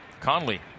Conley